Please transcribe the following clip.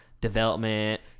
development